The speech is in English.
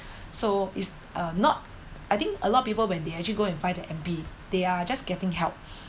so it's uh not I think a lot of people when they actually go and find the M_P they are just getting help